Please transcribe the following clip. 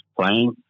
playing